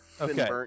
Okay